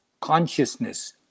consciousness